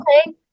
okay